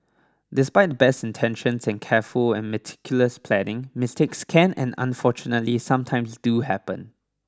despite the best intentions and careful and meticulous planning mistakes can and unfortunately sometimes do happen